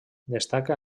destaca